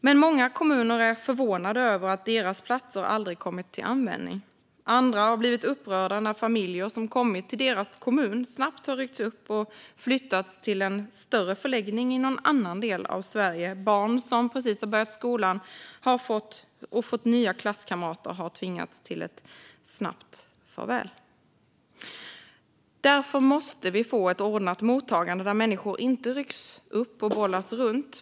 Men många kommuner är förvånade över att deras platser aldrig har kommit till användning. Andra har blivit upprörda när familjer som har kommit till deras kommun snabbt ryckts upp och flyttats till en större förläggning i någon annan del av Sverige. Barn som precis har börjat skolan och fått nya klasskamrater har tvingats till ett snabbt farväl. Därför måste vi få ett ordnat mottagande där människor inte rycks upp och bollas runt.